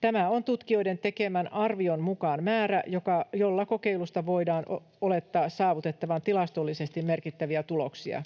Tämä on tutkijoiden tekemän arvion mukaan määrä, jolla kokeilusta voidaan olettaa saavutettavan tilastollisesti merkittäviä tuloksia.